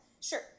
Sure